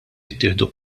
jittieħdu